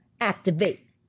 Activate